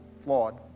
flawed